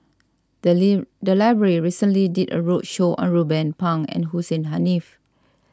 the library recently did a roadshow on Ruben Pang and Hussein Haniff